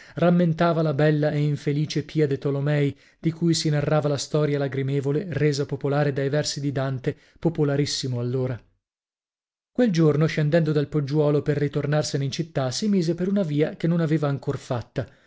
rammentava la bella e infelice pia de tolomei di cui si narrava la storia lagrimevole resa popolare dai versi di dante popolarissimo allora quel giorno scendendo dal poggiuolo per ritornarsene in città si mise per una via che non aveva ancor fatta